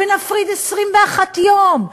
ונפריד 21 יום?